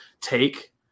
take